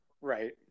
right